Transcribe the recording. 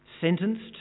sentenced